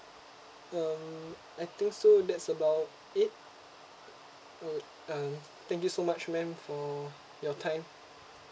um I think so that's about it uh um thank you so much ma'am for your time